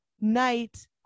night